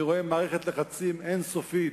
אני רואה מערכת לחצים אין-סופית,